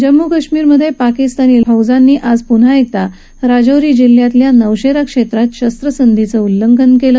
जम्मू काश्मीरमध्ये पाकिस्तानी सैन्यानं आज पुन्हा एकदा राजौरी जिल्ह्याच्या नौशेरा क्षेत्रात शस्त्रसंधीचं उल्लंघन केलं